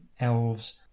elves